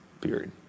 period